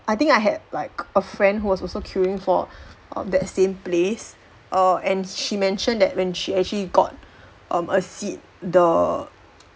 I think I had like a friend who was also queuing for that same place err and she mentioned that when she actually got um a seat the